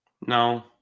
No